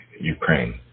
Ukraine